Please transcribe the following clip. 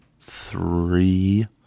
three